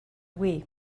wii